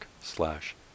slash